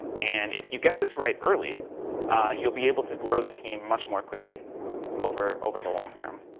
and if you get this right early you'll be able to grow the team much more quickly over, over the long-term.